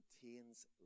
contains